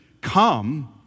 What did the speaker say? come